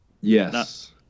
Yes